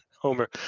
Homer